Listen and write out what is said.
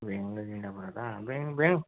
ಬೆಂಗಳೂರಿಂದ ಬರೋದಾ ಬೆಂಗ್ ಬೆಂಗ್